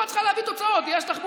פה את צריכה להביא תוצאות: יש תחבורה,